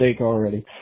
already